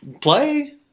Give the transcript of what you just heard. play